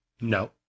No